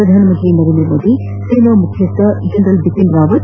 ಪ್ರಧಾನಮಂತ್ರಿ ನರೇಂದ್ರ ಮೋದಿ ಸೇನಾ ಮುಖ್ಲಸ್ನ ಜನರಲ್ ಬಿಪಿನ್ ರಾವತ್